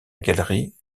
galerie